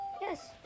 yes